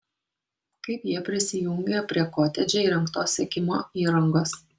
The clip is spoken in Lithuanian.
kaip jie prisijungė prie kotedže įrengtos sekimo įrangos